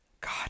God